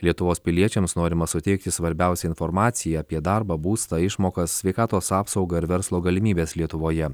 lietuvos piliečiams norima suteikti svarbiausią informaciją apie darbą būstą išmokas sveikatos apsaugą ir verslo galimybes lietuvoje